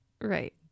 Right